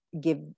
give